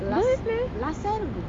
don't have meh